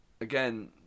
again